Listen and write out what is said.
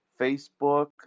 Facebook